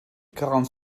quarante